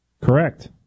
Correct